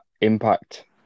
impact